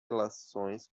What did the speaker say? relações